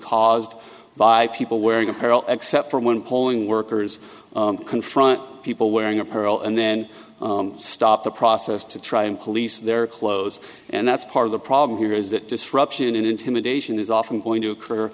caused by people wearing apparel except for one polling workers confront people wearing apparel and then stop the process to try and police their clothes and that's part of the problem here is that disruption and intimidation is often going to occur